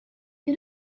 you